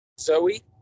Zoe